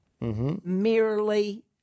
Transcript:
merely